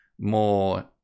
more